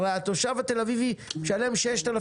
הרי התושב התל-אביב משלם 6,000